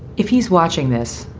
if he's watching this,